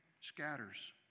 scatters